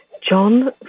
John